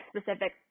specific